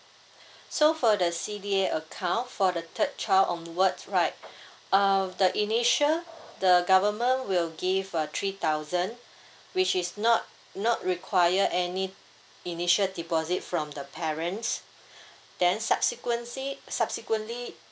so for the C_D_A account for the third child onwards right um the initial the government will give a three thousand which is not not require any initial deposit from the parents then subsequently subsequently